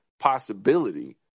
possibility